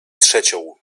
trzecią